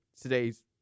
today's